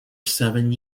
seven